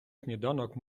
сніданок